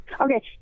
Okay